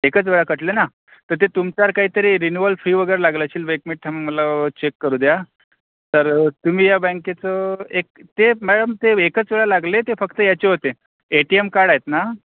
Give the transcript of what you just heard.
एकच वेळा कटलं ना तर ते तुमचं काहीतरी रिन्यूअल फी वगैरे लागलं असेल एक मिट थांबा मला चेक करू द्या तर तुम्ही या बँकेचं एक ते मॅडम ते एकच वेळा लागले ते फक्त याचे होते ए टी एम कार्ड आहेत ना